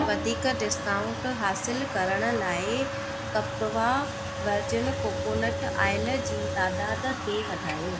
वधीक डिस्काउंट हासिल करण लाइ कपवा वर्जिन कोकोनट ऑइल जी तादाद खे वधायो